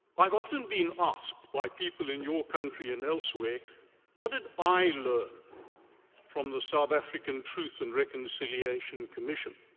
i've often been asked by people in your country and elsewhere what did i learn from the south african truth and reconciliation commission.